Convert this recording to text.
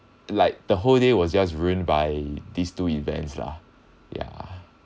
like the whole day was just ruined by these two events lah ya